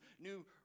new